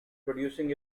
producing